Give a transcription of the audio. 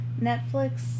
Netflix